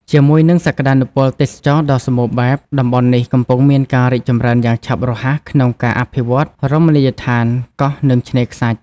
ជាមួយនឹងសក្តានុពលទេសចរណ៍ដ៏សម្បូរបែប តំបន់នេះកំពុងមានការរីកចម្រើនយ៉ាងឆាប់រហ័សក្នុងការអភិវឌ្ឍរមណីយដ្ឋានកោះ និងឆ្នេរខ្សាច់។